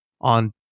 on